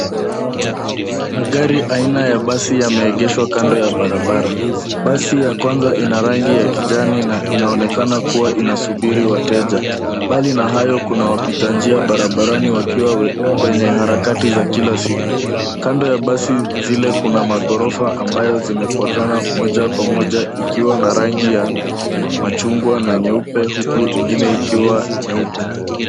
Magari aina ya basi yame egeshwa kando ya barabara, basi ya kwanza ina rangi ya kijani na inaonekana kuwa inasubiri wateja. Mbali na hayo kuna wapita njia barabarani wanaopita kwenye harakati za kila siku. Kando ya basi zile kuna maghorofa ambayo zimefuatana moja kwa moja ikiwa na rangi ya machungwa na nyeupe huku ingine ikiwa nyeupe.